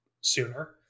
sooner